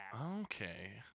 Okay